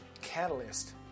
catalyst